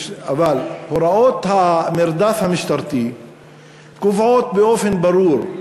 אבל הוראות המרדף המשטרתי קובעות באופן ברור.